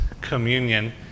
communion